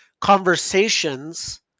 conversations